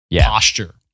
posture